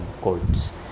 courts